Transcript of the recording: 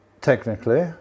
technically